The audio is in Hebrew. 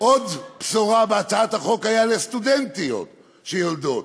עוד בשורה בהצעת החוק הייתה לסטודנטיות שיולדות,